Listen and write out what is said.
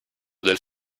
del